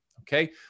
Okay